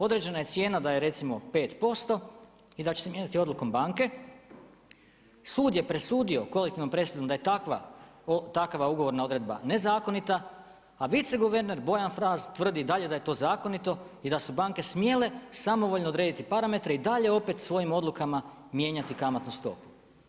Određena je cijena da je recimo 5% i da će se mijenjati odlukom banke, sud je presudio kolektivnom presudom da je takva ugovorna odredba nezakonita, a viceguverner Bojan Fras tvrdi i dalje da je to zakonito, i da su banke smjele samovoljno odrediti parametri i dalje opet svojim odlukama mijenjati kamatnu stopu.